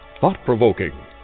thought-provoking